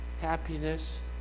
happiness